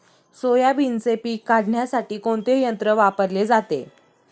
सोयाबीनचे पीक काढण्यासाठी कोणते यंत्र वापरले जाते?